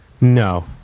No